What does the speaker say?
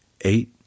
eight